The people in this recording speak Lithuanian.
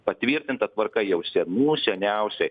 patvirtinta tvarka jau senų seniausiai